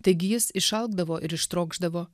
taigi jis išalkdavo ir ištrokšdavo